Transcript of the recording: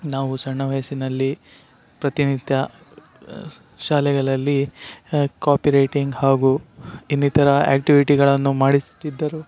ನಾವು ಸಣ್ಣ ವಯಸ್ಸಿನಲ್ಲಿ ಪ್ರತಿನಿತ್ಯ ಶಾಲೆಗಳಲ್ಲಿ ಕಾಪಿ ರೈಟಿಂಗ್ ಹಾಗು ಇನ್ನಿತರ ಆ್ಯಕ್ಟಿವಿಟಿಗಳನ್ನು ಮಾಡಿಸುತ್ತಿದ್ದರು